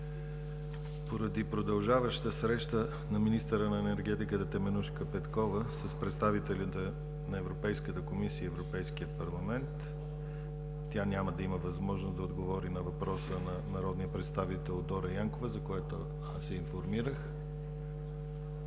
Поради продължаваща среща на министъра на енергетиката Теменужка Петкова с представителите на Европейската комисия и Европейския парламент няма да има възможност да отговори на въпроса на народния представител Дора Янкова, за което я информирах.